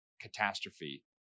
catastrophe